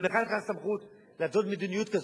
גם לך אין סמכות להתוות מדיניות כזאת.